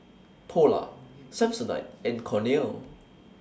Polar Samsonite and Cornell